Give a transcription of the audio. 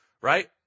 right